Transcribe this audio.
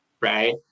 right